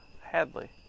Hadley